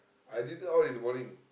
I did that all in the morning